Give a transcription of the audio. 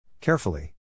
Carefully